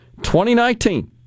2019